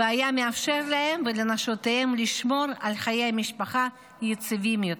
והיה מאפשר להם ולנשותיהם לשמור על חיי משפחה יציבים יותר.